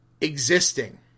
existing